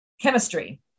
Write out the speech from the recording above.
chemistry